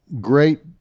great